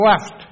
left